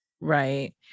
Right